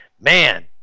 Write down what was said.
man